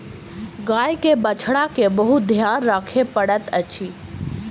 गाय के बछड़ा के बहुत ध्यान राखअ पड़ैत अछि